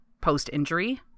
post-injury